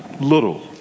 little